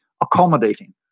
accommodating